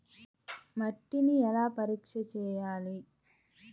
మట్టిని ఎలా పరీక్ష చేయాలి?